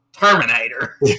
Terminator